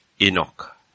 Enoch